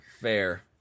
fair